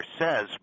says